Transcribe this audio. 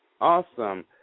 Awesome